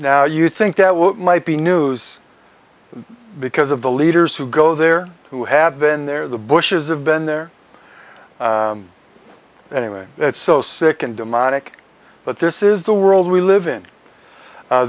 now you think that what might be news because of the leaders who go there who have been there the bushes have been there anyway so sick and demonic but this is the world we live in